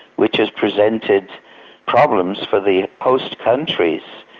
which has presented problems for the host countries.